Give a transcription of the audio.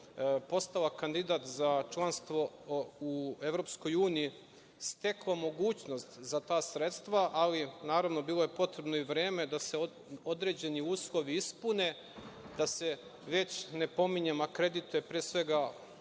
postala kandidat za članstvo u EU, stekao mogućnost za ta sredstva, ali, naravno, bilo je potrebno i vreme da se određeni uslovi ispune, da se već ne pominjem, akredituje, pre svega,